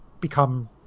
become